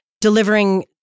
delivering